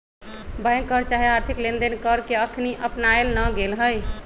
bank कर चाहे आर्थिक लेनदेन कर के अखनी अपनायल न गेल हइ